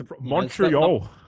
Montreal